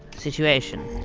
situation?